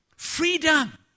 Freedom